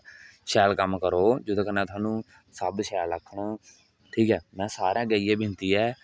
अच्छे कम्म करो जेहदे कन्नै स्हानू सब शैल आक्खन ठीक ऐ सारे अग्गे इयै बिनती ऐ